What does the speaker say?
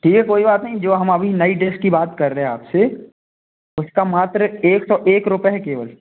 ठीक है कोई बात नहीं जो हम नई डिश की बात कर रहे हैं आप से उसका मात्र एक सौ एक रुपये है केवल